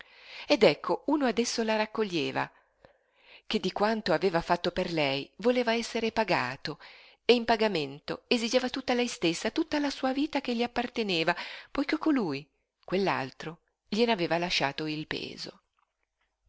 ed ecco uno adesso la raccoglieva che di quanto aveva fatto per lei voleva esser pagato e in pagamento esigeva tutta lei stessa tutta la sua vita che gli apparteneva poiché colui quell'altro glien'aveva lasciato il peso